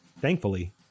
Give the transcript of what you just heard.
Thankfully